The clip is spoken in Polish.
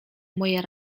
moje